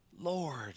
Lord